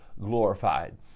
glorified